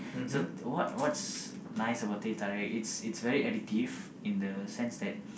so what what's nice about teh tarik it's it's very addictive in the sense that